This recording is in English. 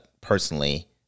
personally